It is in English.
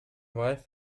wife